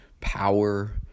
power